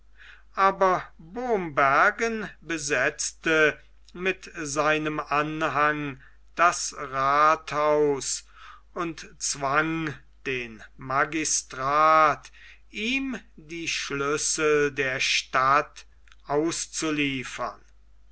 aber bomberg besetzte mit seinem anhange das rathhaus und zwang den magistrat ihm die schlüssel der stadt auszuliefern